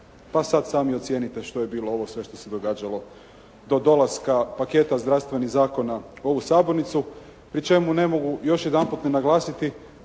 Pa sad sami ocijenite što je bilo ovo sve što se događalo do dolaska paketa zdravstvenih zakona u ovu sabornicu pri čemu ne mogu još jedanput ne naglasiti